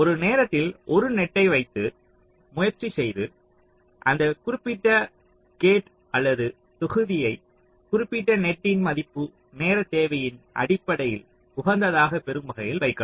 ஒரு நேரத்தில் ஒரு நெட்டை வைத்து முயற்சி செய்து அந்த குறிப்பிட்ட கேட் அல்லது தொகுதியை குறிப்பிட்ட நெட்டின் மதிப்பு நேரத் தேவையின் அடிப்படையில் உகந்ததாக பெறும் வகையில் வைக்கவும்